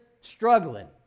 struggling